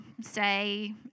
say